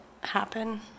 happen